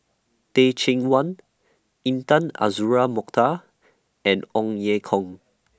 Teh Cheang Wan Intan Azura Mokhtar and Ong Ye Kung